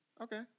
Okay